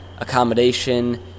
accommodation